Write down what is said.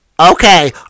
Okay